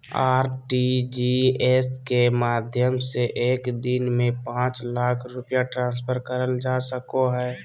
RTGS के माध्यम से एक दिन में पांच लाख रुपया ट्रांसफर करल जा सको हय